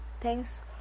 Thanks